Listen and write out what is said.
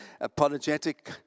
apologetic